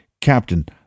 Captain